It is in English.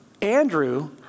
Andrew